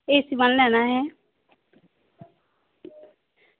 AC वन लैना ऐ